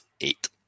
eight